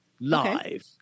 live